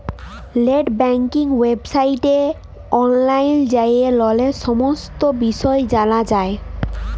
late banking ওয়েবসাইটে অললাইল যাঁয়ে ললের সমস্ত বিষয় জালা যায়